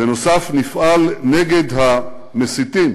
בנוסף, נפעל נגד המסיתים